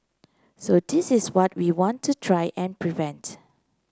so this is what we want to try and prevent